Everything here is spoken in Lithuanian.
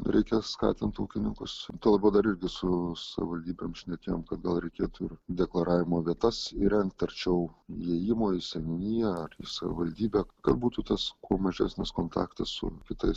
reikia skatint ūkininkus tuo labiau dar irgi su savivaldybėm šnekėjome kad gal reikėtų ir deklaravimo vietas įrengt arčiau įėjimo į seniūniją ar savivaldybę kad būtų tas kuo mažesnis kontaktas su kitais